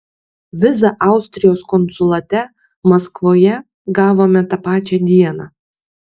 vizą austrijos konsulate maskvoje gavome tą pačią dieną